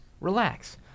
relax